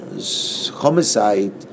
homicide